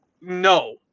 no